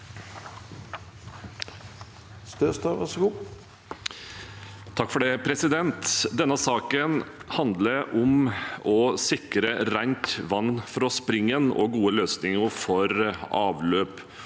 (ordfører for saken): Denne saken handler om å sikre rent vann fra springen og gode løsninger for avløp.